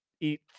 eat